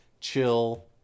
chill